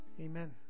Amen